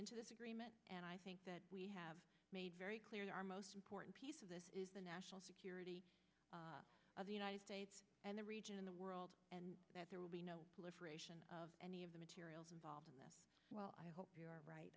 into this agreement and i think that we have made very clear to our most important piece of this is the national security of the united states and the region in the world and that there will be no liberation of any of the materials involved in that well i hope you're right